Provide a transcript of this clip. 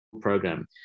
program